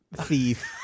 thief